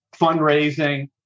fundraising